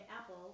apple